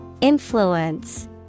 Influence